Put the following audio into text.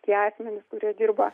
tie asmenys kurie dirba